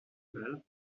bal